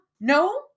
no